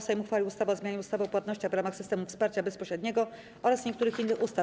Sejm uchwalił ustawę o zmianie ustawy o płatnościach w ramach systemów wsparcia bezpośredniego oraz niektórych innych ustaw.